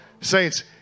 Saints